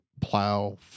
plow